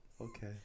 Okay